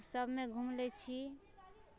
उ सबमे घूम ले छी